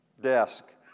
desk